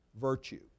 virtue